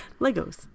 Legos